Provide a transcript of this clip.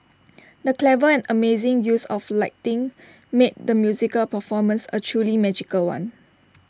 the clever and amazing use of lighting made the musical performance A truly magical one